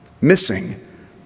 missing